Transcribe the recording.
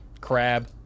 Crab